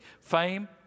Fame